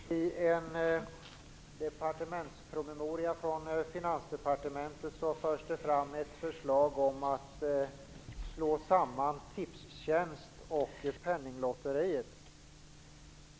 Fru talman! I en departementspromemoria från Finansdepartementet förs det fram ett förslag om att slå samman Tipstjänst och Penninglotteriet.